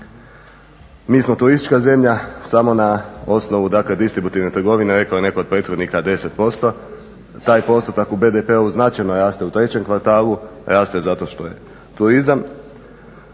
Mi smo turistička zemlja samo na osnovu, dakle distributivne trgovine. Rekao je netko od prethodnika 10%. Taj postotak u BDP-u značajno raste u trećem kvartalu, raste zato što je turizam.